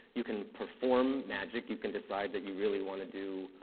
you can perform magic. you can decide that you really want to do